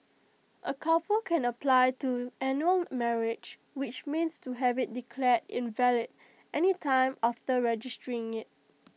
A couple can apply to annul their marriage which means to have IT declared invalid any time after registering IT